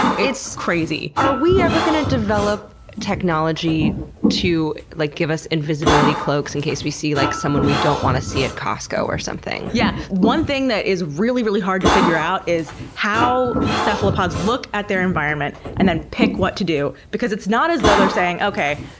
it's crazy. are we ever going to develop technology to like give us invisibility cloaks in case we see like someone we don't want to see at costco or something? yeah one thing that is really, really hard to figure out is how cephalopods look at their environment and then pick what to do because it's not as though they're saying, okay,